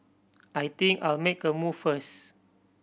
I think I'll make a move first